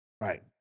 Right